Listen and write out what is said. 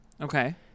Okay